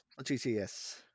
GTS